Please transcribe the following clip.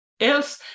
else